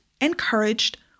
encouraged